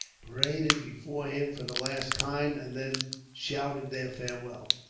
paraded before him for the last time, and then shouted their farewell.